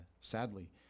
sadly